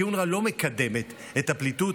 כי אונר"א לא מקדמת את הפליטים,